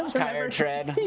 tire tread